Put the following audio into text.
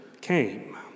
came